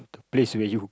the place where you